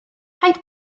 paid